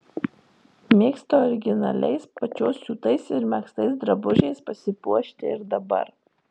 mėgsta originaliais pačios siūtais ir megztais drabužiais pasipuošti ir dabar